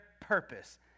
purpose